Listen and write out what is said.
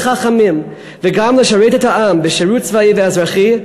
חכמים וגם לשרת את העם בשירות צבאי ואזרחי,